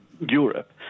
Europe